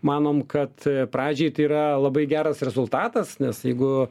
manom kad pradžiai tai yra labai geras rezultatas nes jeigu